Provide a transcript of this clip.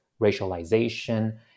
racialization